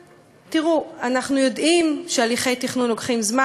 תראו, אנחנו יודעים שהליכי תכנון לוקחים זמן.